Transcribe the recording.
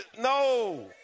no